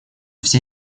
все